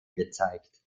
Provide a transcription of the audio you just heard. gezeigt